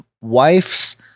Wife's